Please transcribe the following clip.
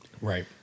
Right